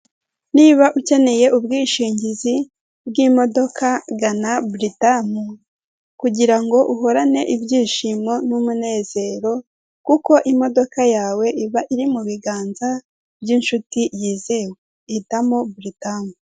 Niba ukeneye ubwishingizi bw'imodoka gana buritamu kugira ngo uhorane ibyishimo n'umunezero, kuko imodoka yawe iba iri mu biganza by'inshuti yizewe hitamo buridamu.